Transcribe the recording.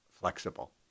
flexible